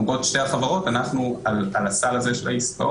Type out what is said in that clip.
אומרות שתי החברות: אנחנו על הסל הזה של העסקאות,